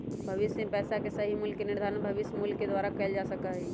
भविष्य में पैसा के सही मूल्य के निर्धारण भविष्य मूल्य के द्वारा कइल जा सका हई